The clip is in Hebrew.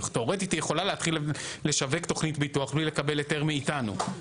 תיאורטית היא יכולה להתחיל לשווק תכנית ביטוח בלי לקבל היתר מאיתנו,